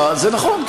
זה ממש לא נכון.